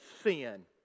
sin